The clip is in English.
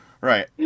Right